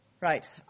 Right